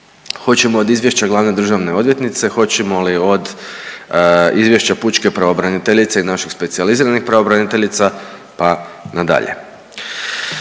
Hoćemo od izvješća glavne državne odvjetnice, hoćemo li od izvješća pučke pravobraniteljice i naših specijaliziranih pravobraniteljica pa nadalje.